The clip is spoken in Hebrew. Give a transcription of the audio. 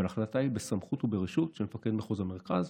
אבל ההחלטה היא בסמכות וברשות של מפקד מחוז המרכז.